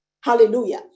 Hallelujah